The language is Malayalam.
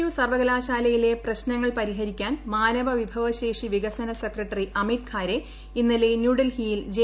യു സർവകലാശാലയിലെ പ്രശ്നങ്ങൾ പരിഹരിക്കാൻ മാനവ വിഭവശേഷി വികസന സെക്രട്ടറി അമിത് ഖാരേ ഇന്നലെ ന്യൂഡൽഹിയിൽ ജെ